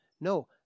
No